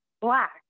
black